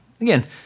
again